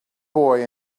boy